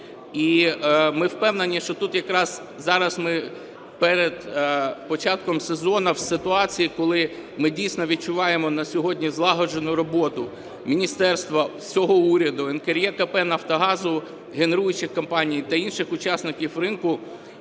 ми впевнені, що тут якраз зараз ми перед початком сезону в ситуації, коли ми, дійсно, відчуваємо на сьогодні злагоджену роботу міністерства, всього уряду, НКРЕКП, Нафтогазу, генеруючих компаній та інших учасників ринку.